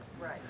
Right